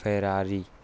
Ferrari